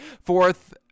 fourth